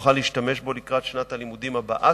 נוכל להשתמש בו כבר לקראת שנת הלימודים הבאה,